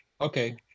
okay